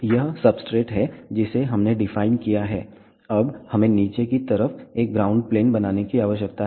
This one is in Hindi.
यह सब्सट्रेट है जिसे हमने डिफाइन किया है अब हमें नीचे की तरफ एक ग्राउंड प्लेन बनाने की आवश्यकता है